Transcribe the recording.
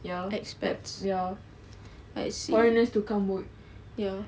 ya ya foreigners to come work ya